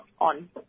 on